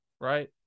right